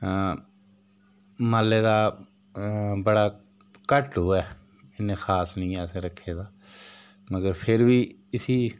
मालै दा बड़ा घट्ट ओह् ऐ इन्ने खास नी अस रक्खे दा मगर फिर बी इसी